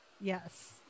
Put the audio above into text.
Yes